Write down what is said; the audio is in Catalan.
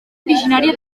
originària